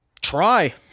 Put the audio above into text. try